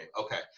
Okay